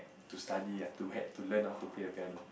to study ah to had to learn how to play the piano